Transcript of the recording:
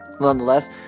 Nonetheless